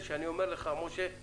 אני אומר לך, משה,